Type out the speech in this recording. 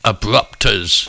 Abrupters